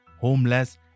homeless